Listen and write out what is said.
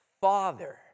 Father